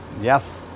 Yes